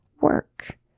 work